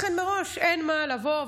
לכן מראש אין מה לבוא,